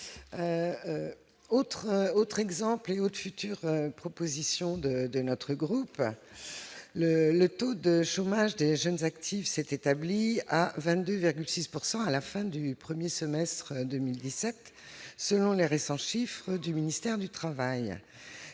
autre exemple et autres futures propositions de de notre groupe, le, le taux de chômage des jeunes actifs c'est établi à 22,6 pourcent à la fin du 1er semestre 2017 selon les récents chiffres du ministère du Travail